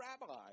rabbi